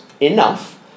enough